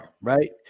Right